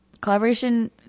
collaboration